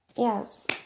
Yes